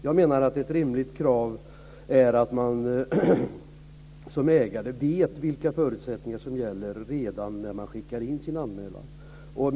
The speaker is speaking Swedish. Jag menar att ett rimligt krav är att man som ägare ska veta vilka förutsättningar som gäller redan när man skickar in sin anmälan.